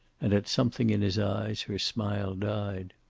and at something in his eyes her smile died.